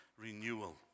renewal